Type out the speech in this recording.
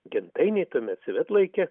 gentainėj tuomet save laikė